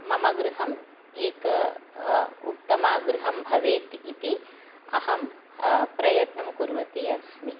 मम गृहम् एकम् उत्तमं गृहं भवेत् इति अहं प्रयत्नं कुर्वती अस्मि